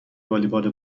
والیبال